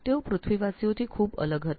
તેઓ પૃથ્વીવાસીઓથી તદ્દન અલગ હતા